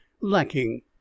lacking